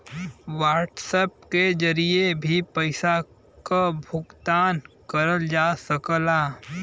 WhatsApp के जरिए भी पइसा क भुगतान करल जा सकला